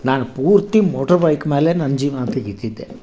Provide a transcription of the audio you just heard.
ನಾನು ಪೂರ್ತಿ motor bike ಮೇಲೆ ನನ್ನ ಜೀವನ ತೆಗೀತಿದ್ದೆ